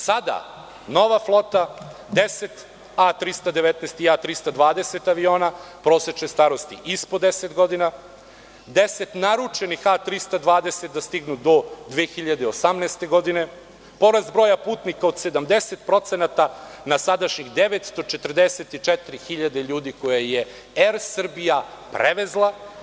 Sada, nova flota - deset A-319 i A-320 aviona, prosečne starosti ispod 10 godina, 10 naručenih A-320, da stignu do 2018. godine, porast broja putnika od 70% na sadašnjih 944 hiljada ljudi koje je „Er Srbija“ prevezla.